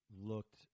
looked